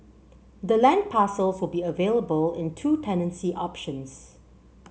the land parcels will be available in two tenancy options